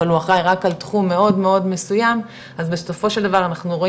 אבל הוא אחראי רק על תחום מאוד מאוד מסוים אז בסופו של דבר אנחנו רואים